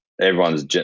Everyone's